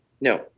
No